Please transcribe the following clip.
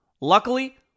Luckily